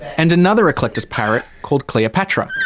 and another eclectus parrot called cleopatra.